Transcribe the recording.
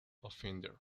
offender